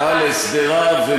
-- על הסדריו,